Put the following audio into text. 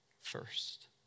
first